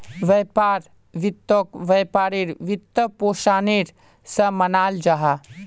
व्यापार वित्तोक व्यापारेर वित्त्पोशानेर सा मानाल जाहा